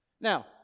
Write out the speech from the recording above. Now